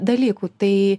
dalykų tai